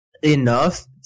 Enough